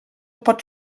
pot